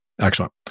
Excellent